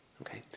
Okay